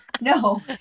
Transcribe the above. No